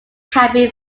happy